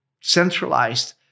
centralized